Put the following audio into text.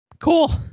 Cool